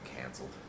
canceled